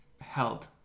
held